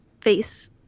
face